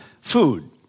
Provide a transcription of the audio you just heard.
food